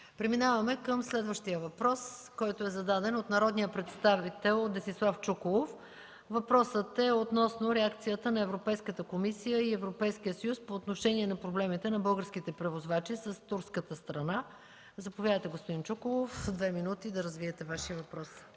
Преминаваме към следващия въпрос, който е зададен от народния представител Десислав Чуколов относно реакцията на Европейската комисия и Европейския съюз по отношение на проблемите на българските превозвачи с турската страна. Заповядайте, господин Чуколов. ДЕСИСЛАВ ЧУКОЛОВ (Атака):